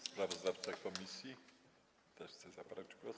Sprawozdawca komisji też chce zabrać głos.